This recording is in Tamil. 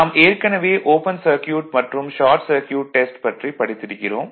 நாம் ஏற்கனவே ஓபன் சர்க்யூட் மற்றும் ஷார்ட் சர்க்யூட் டெஸ்ட் பற்றி படித்திருக்கிறோம்